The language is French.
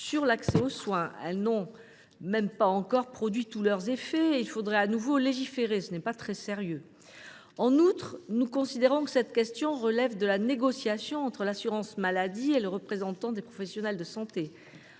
de santé. Elles n’ont même pas encore produit tous leurs effets, et il faudrait de nouveau légiférer ? Ce n’est pas très sérieux ! En outre, nous considérons que cette question relève de la négociation entre l’assurance maladie et les représentants des professionnels de santé.